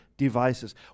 devices